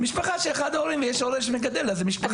יש הורה שמגדל, אז זה משפחה.